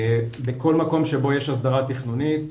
בכל מקום שבו יש הסדרה תכנונית,